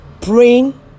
praying